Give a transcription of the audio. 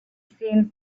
seen